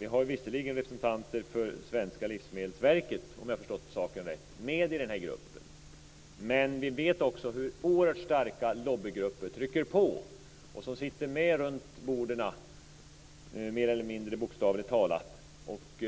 Vi har visserligen representanter för svenska Livsmedelsverket, om jag har förstått saken rätt, med i gruppen, men vi vet också hur oerhört starka lobbygrupper trycker på och mer eller mindre bokstavligen sitter med runt borden och